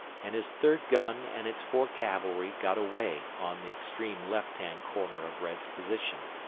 and his third gun and its four cavalry got away on the extreme left-hand corner of red's position.